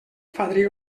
fadrí